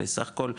הרי סך הכול,